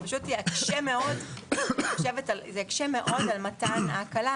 אני חושבת שזה יקשה מאוד על מתן ההקלה,